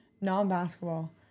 Non-basketball